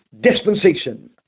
dispensation